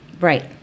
right